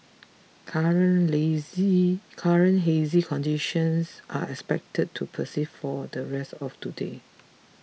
current lazy current hazy conditions are expected to persist for the rest of today